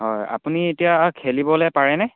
হয় আপুনি এতিয়া খেলিবলৈ পাৰেনে